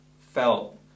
felt